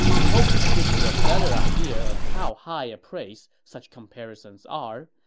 i hope this gives you a better idea of how high a praise such comparisons are,